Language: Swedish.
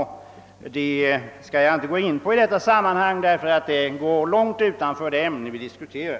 Jag skall dock inte gå in på dessa i detta sammanhang, ty det går långt utanför det ämne vi nu diskuterar.